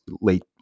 late